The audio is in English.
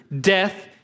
Death